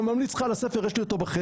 אני ממליץ לך על הספר יש לי אותו בחדר,